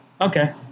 okay